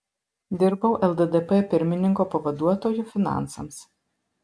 dirbau lddp pirmininko pavaduotoju finansams